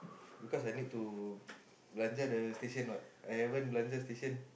because I need to belanja the station what I haven't belanja station